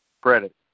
credit